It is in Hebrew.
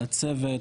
לצוות.